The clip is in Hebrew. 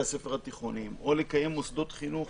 הספר התיכוניים או לקיים מוסדות חינוך